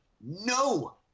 no